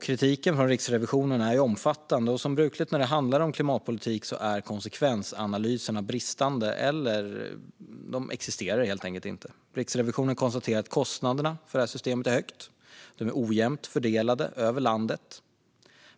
Kritiken från Riksrevisionen är ju omfattande, och som brukligt när det handlar om klimatpolitik är konsekvensanalyserna bristande eller helt enkelt icke-existerande. Riksrevisionen konstaterar att kostnaderna för systemet är höga. De är ojämnt fördelade över landet.